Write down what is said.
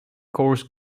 coarse